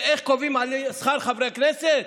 על איך קובעים את שכר חברי הכנסת?